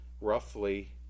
roughly